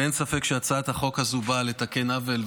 אין ספק שהצעת החוק הזאת באה לתקן עוול,